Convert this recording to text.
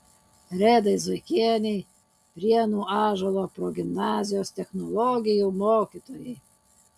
redai zuikienei prienų ąžuolo progimnazijos technologijų mokytojai